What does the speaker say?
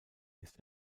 ist